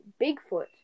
Bigfoot